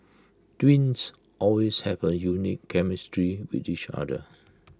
twins often have A unique chemistry with each other